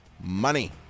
money